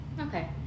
Okay